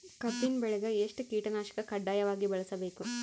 ಕಬ್ಬಿನ್ ಬೆಳಿಗ ಎಷ್ಟ ಕೀಟನಾಶಕ ಕಡ್ಡಾಯವಾಗಿ ಬಳಸಬೇಕು?